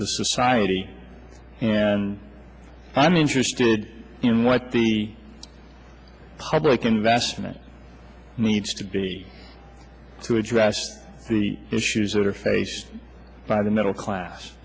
the society and i'm interested in what the public investment needs to be to address the issues that are facing for the middle class